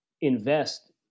invest